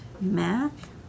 math